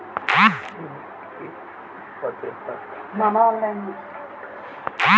इ बैक के आवेदन पत्र पर आवेदक के फोटो दिखाई नइखे देत